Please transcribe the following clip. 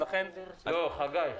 לא הוא, חגי.